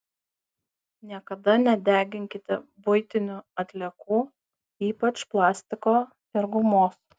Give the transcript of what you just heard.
niekada nedeginkite buitinių atliekų ypač plastiko ir gumos